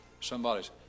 somebody's